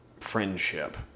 friendship